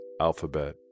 Alphabet